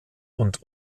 und